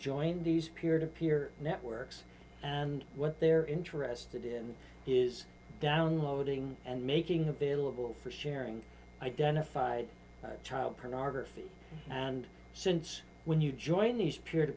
join these peer to peer networks and what they're interested in is downloading and making available for sharing identified child pornography and since when you join these p